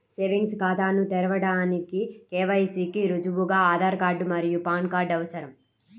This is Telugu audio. సేవింగ్స్ ఖాతాను తెరవడానికి కే.వై.సి కి రుజువుగా ఆధార్ మరియు పాన్ కార్డ్ అవసరం